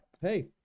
hey